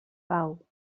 pau